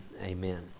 amen